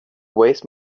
waste